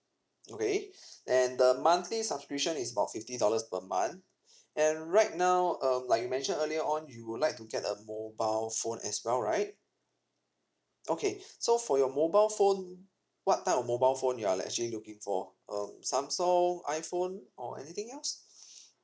okay and the monthly subscription is about fifty dollars per month and right now um like you mentioned earlier on you would like to get a mobile phone as well right okay so for your mobile phone what type of mobile phone you are like actually looking for um samsung iphone or anything else